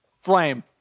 flame